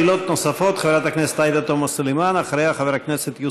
שאלות נוספות, חברת הכנסת עאידה תומא סלימאן.